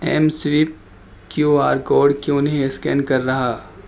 M swipe Q R code کیوں نہیں scan کر رہا